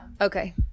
Okay